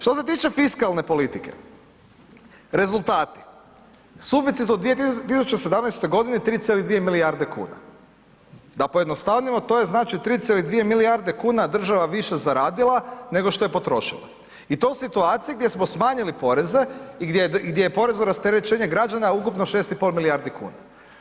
Što se tiče fiskalne politike, rezultati suficit od 2017. godine 3,2 milijarde kuna, da pojednostavnimo to je znači 3,2 milijarde kuna država više zaradila nego što je potrošila i to u situaciji gdje smo smanjili poreze i gdje je porezno rasterećenje građana ukupno 6,5 milijardi kuna.